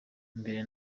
mbere